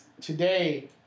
today